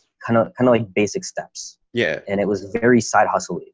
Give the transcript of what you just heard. kind of kind of like basic steps. yeah. and it was very side hustling.